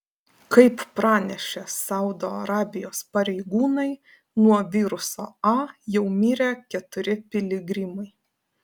kaip pranešė saudo arabijos pareigūnai nuo viruso a jau mirė keturi piligrimai